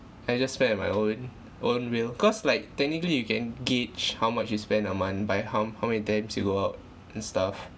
I just spend at my own own will cause like technically you can gauge how much you spend a month by how m~ how many times you go out and stuff